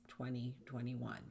2021